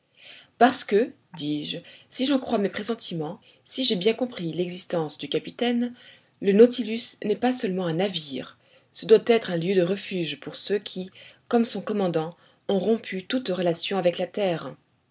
parce que dis-je si j'en crois mes pressentiments si j'ai bien compris l'existence du capitaine le nautilus n'est pas seulement un navire ce doit être un lieu de refuge pour ceux qui comme son commandant ont rompu toute relation avec la terre